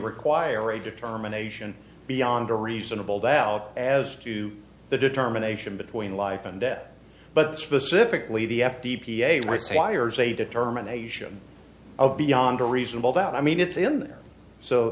require a determination beyond a reasonable doubt as to the determination between life and death but specifically the f d p a rights wires a determination of beyond a reasonable doubt i mean it's in there so